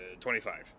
25